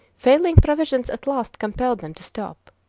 failing provisions at last compelled them to stop.